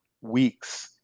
weeks